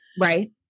right